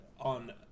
on